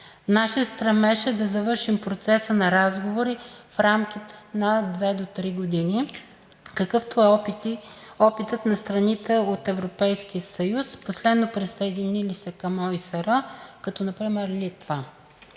Нашият стремеж е да завършим процеса на разговори в рамките на две до три години, какъвто е опитът на страните от Европейския съюз, последно присъединили се към ОИСР, като например Литва.